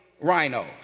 rhinos